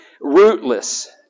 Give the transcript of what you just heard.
rootless